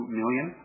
million